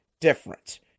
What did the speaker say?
different